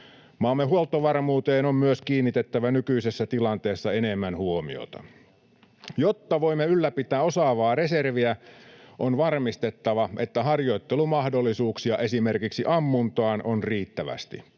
maamme huoltovarmuuteen on kiinnitettävä nykyisessä tilanteessa enemmän huomiota. Jotta voimme ylläpitää osaavaa reserviä, on varmistettava, että harjoittelumahdollisuuksia esimerkiksi ammuntaan on riittävästi.